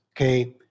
Okay